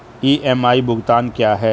EMI भुगतान क्या है?